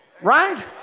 Right